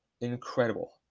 incredible